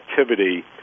activity